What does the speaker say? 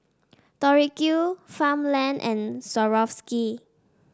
Tori Q Farmland and Swarovski